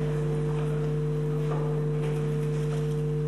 (חברי הכנסת מכבדים בקימה את זכרם של